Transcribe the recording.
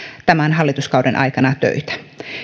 tämän hallituskauden aikana töitä